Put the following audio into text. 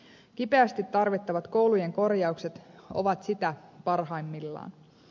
kipeästi tarvittavat koulujen korjaukset ovat sitä parhaimmillaan